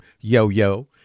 Yo-Yo